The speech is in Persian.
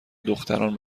دختران